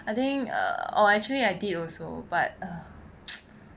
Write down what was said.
I think err orh actually I did also but